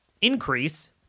increase